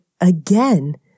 again